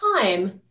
time